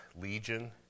legion